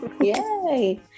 Yay